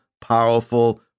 powerful